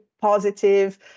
positive